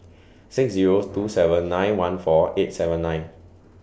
six Zero two seven nine one four eight seven nine